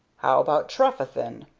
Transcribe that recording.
how about trefethen?